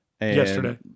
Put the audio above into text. Yesterday